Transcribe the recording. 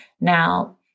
Now